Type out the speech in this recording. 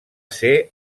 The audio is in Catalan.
ser